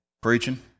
Preaching